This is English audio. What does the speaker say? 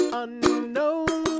unknown